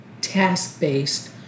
task-based